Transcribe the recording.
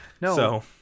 No